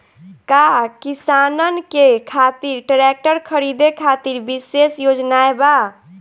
का किसानन के खातिर ट्रैक्टर खरीदे खातिर विशेष योजनाएं बा?